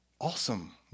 Awesome